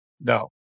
No